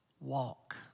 walk